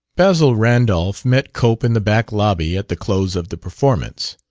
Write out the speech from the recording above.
basil randolph met cope in the back lobby at the close of the performance.